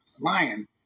lion